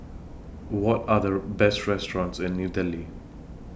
What Are The Best restaurants in New Delhi